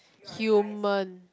human